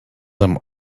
them